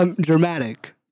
dramatic